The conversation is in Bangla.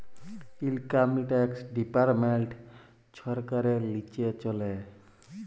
ইলকাম ট্যাক্স ডিপার্টমেল্ট ছরকারের লিচে চলে